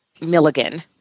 Milligan